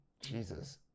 Jesus